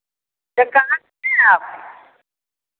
तो कहाँ पर हैं आप